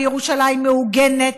וירושלים מעוגנת,